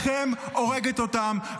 שלכם הורגת אותם.